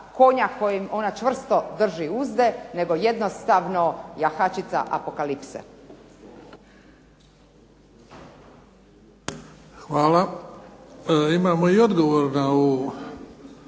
konja kojim ona čvrsto drži uzde nego jednostavno jahačica apokalipse. **Bebić, Luka (HDZ)** Hvala. Imamo i odgovor na ovu